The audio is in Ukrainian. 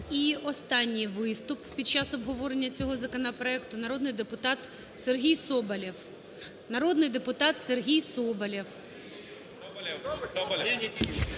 І останній виступ під час обговорення цього законопроекту – народний депутат Сергій Соболєв.